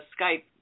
Skype